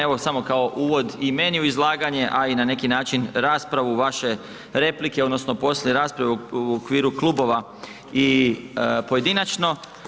Evo samo kao uvod i meni u izlaganje, a i na neki način raspravu i vaše replike odnosno poslije rasprave u okviru klubova i pojedinačno.